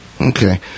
Okay